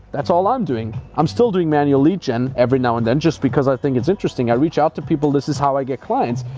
that's all i'm doing, i'm still doing manual lead gen every now and then, just because i think it's interesting. i reach out to people, this is how i get clients,